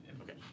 okay